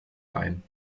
ein